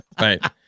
Right